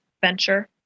venture